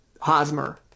Hosmer